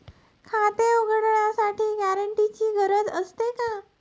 खाते उघडण्यासाठी गॅरेंटरची गरज असते का?